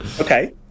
Okay